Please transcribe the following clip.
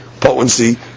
potency